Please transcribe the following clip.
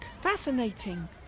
fascinating